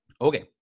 Okay